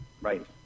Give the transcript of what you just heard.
Right